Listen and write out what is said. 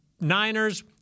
Niners